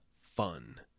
fun